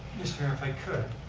mr. mayor if i could.